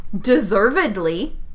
Deservedly